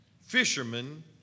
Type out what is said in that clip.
fishermen